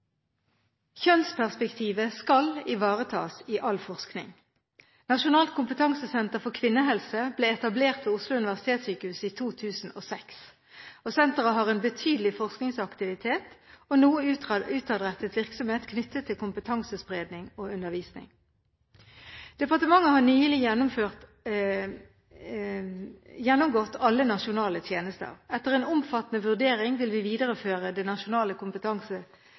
Kjønnsperspektivet skal ivaretas i all forskning. Nasjonalt kompetansesenter for kvinnehelse ble etablert ved Oslo universitetssykehus i 2006. Senteret har en betydelig forskningsaktivitet og noe utadrettet virksomhet knyttet til kompetansespredning og undervisning. Departementet har nylig gjennomgått alle nasjonale tjenester. Etter en omfattende vurdering vil vi videreføre det nasjonale